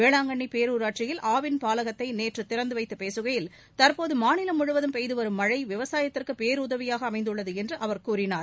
வேளாங்கண்ணி பேரூராட்சியில் ஆவின் பாலகத்தை நேற்று திறந்து வைத்து பேசுகையில் தற்போது மாநிலம் முழுவதும் பெய்துவரும் மழை விவசாயத்திற்கு பேருதவியாக அமைந்துள்ளது என்று அவர் கூறினார்